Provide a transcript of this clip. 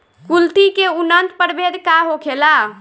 कुलथी के उन्नत प्रभेद का होखेला?